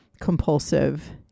compulsive